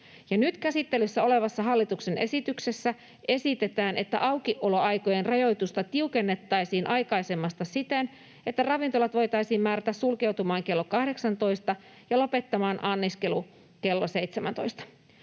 Nyt käsittelyssä olevassa hallituksen esityksessä esitetään, että aukioloaikojen rajoitusta tiukennettaisiin aikaisemmasta siten, että ravintolat voitaisiin määrätä sulkeutumaan kello 18 ja lopettamaan anniskelu kello 17.